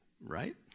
right